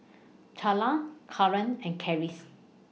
Charla Clarnce and Karis